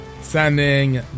sending